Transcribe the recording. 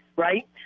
right?